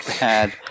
bad